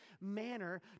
manner